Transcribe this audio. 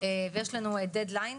יש לנו דד ליין.